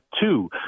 two